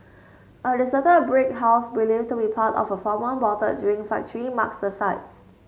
a deserted brick house believed to be part of a former bottled drink factory marks the site